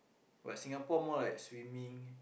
but Singapore more like swimming